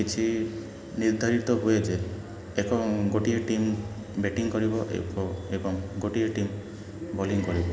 କିଛି ନିର୍ଦ୍ଧାରିତ ହୁଏ ଯେ ଏକ ଗୋଟିଏ ଟିମ୍ ବ୍ୟାଟିଙ୍ଗ କରିବ ଏବଂ ଗୋଟିଏ ଟିମ୍ ବୋଲିଙ୍ଗ କରିବ